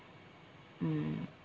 mm